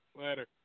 Later